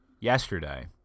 yesterday